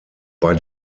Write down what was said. bei